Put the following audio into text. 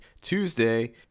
Tuesday